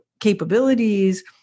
capabilities